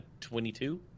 22